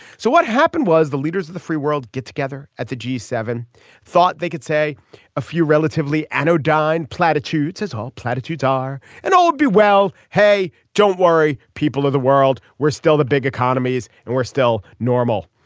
so what happened was the leaders of the free world get together at the g seven thought they could say a few relatively anodyne platitudes his whole platitudes are and all would be well hey don't worry people of the world. still the big economies and we're still normal.